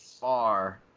far